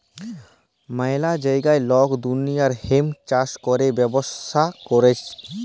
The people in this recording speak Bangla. ম্যালা জাগায় লক দুলিয়ার হেম্প চাষ ক্যরে ব্যবচ্ছা ক্যরে